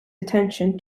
attention